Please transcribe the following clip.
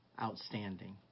outstanding